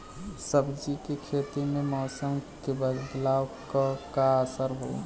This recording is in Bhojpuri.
सब्जी के खेती में मौसम के बदलाव क का असर होला?